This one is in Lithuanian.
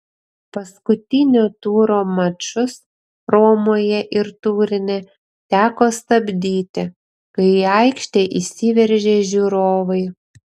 paskutinio turo mačus romoje ir turine teko stabdyti kai į aikštę įsiveržė žiūrovai